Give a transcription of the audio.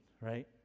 right